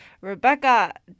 Rebecca